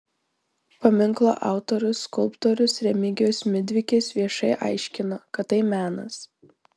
paminklo autorius skulptorius remigijus midvikis viešai aiškino kad tai menas